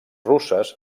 russes